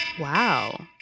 Wow